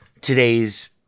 today's